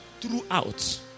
throughout